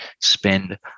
spend